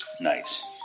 Nice